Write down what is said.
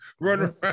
running